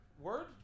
Word